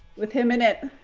with him in it